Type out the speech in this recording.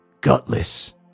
Gutless